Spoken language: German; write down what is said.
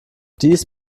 dies